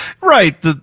Right